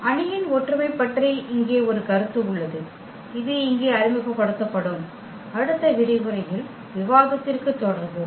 அணியின் ஒற்றுமை பற்றி இங்கே ஒரு கருத்து உள்ளது இது இங்கே அறிமுகப்படுத்தப்படும் அடுத்த விரிவுரையில் விவாதத்திற்கு தொடருவோம்